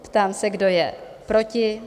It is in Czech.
Ptám se, kdo je proti?